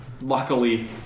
luckily